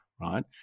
right